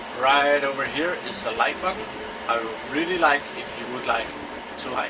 right over here is the like button. i would really like if you would like to like.